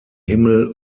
himmel